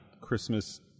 Christmas